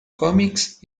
comics